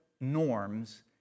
norms